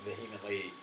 vehemently